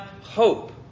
hope